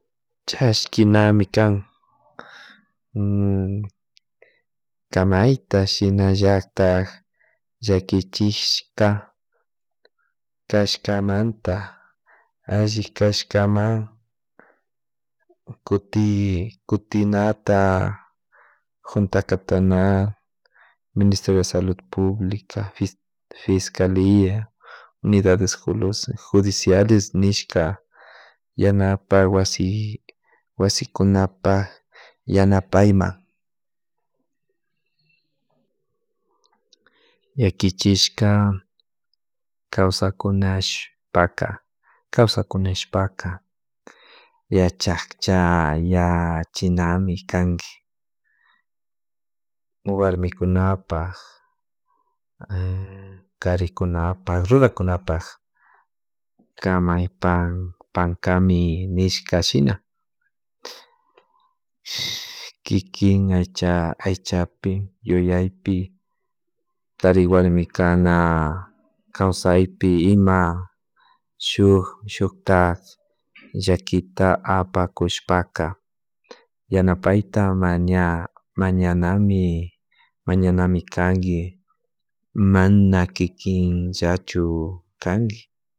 Kaskinami kan kamayta shinallatak llakichishka kashkamanta alli kashkaman kuti kutinata junta cantonal, Ministerio de Salud publica, Fiscalía, unidades judiciales, nishka yanapak wasi wasikunapak yanapayman yakichishka kawsakunashpaka kawsakunashpaka yachakcha yachamami kanki warmikunapak karikunapak runakunapak kamay pan pankami nishka shina kikin aycha aychapi, yuyaypi kari warmi kana, kawsaypi, ima shuk shukta llakita apakushpaka yanapayta maña mañanami mañanami kanki mana kikinllachu kanki